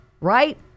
right